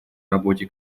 работе